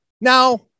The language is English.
Now